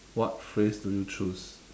what phrase do you choose